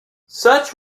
such